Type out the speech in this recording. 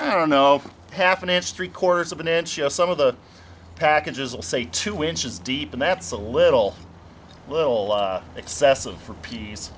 i don't know half an inch three quarters of an inch yes some of the packages will say two inches deep and that's a little little excessive for peace